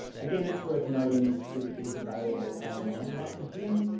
again it's worth noting to click this available online button here,